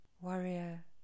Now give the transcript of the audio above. warrior